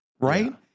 right